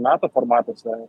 nato formatuose